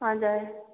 हजुर